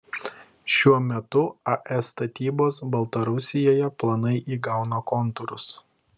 šiuo metu ae statybos baltarusijoje planai įgauna kontūrus